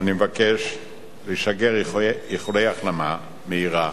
נשיא המדינה שמעון פרס: אני מבקש לשגר איחולי החלמה מהירה